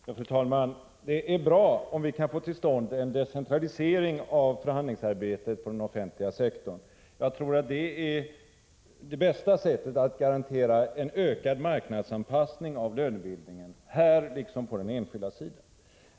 Fru talman! Det är bra om vi kan få till stånd en decentralisering av förhandlingsarbetet på den offentliga sektorn. Jag tror att det är det bästa sättet att garantera en ökad marknadsanpassning av lönebildningen, här liksom på den enskilda sidan.